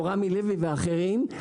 כמו "רמי לוי" ואחרים,